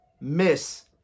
miss